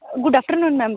good afternoon madam